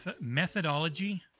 methodology